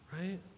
right